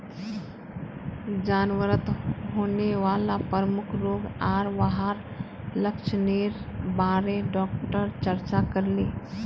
जानवरत होने वाला प्रमुख रोग आर वहार लक्षनेर बारे डॉक्टर चर्चा करले